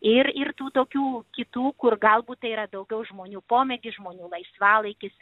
ir ir tų tokių kitų kur galbūt tai yra daugiau žmonių pomėgis žmonių laisvalaikis